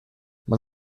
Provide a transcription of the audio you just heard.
man